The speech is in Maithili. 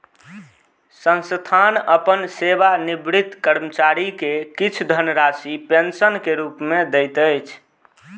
संस्थान अपन सेवानिवृत कर्मचारी के किछ धनराशि पेंशन के रूप में दैत अछि